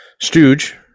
Stooge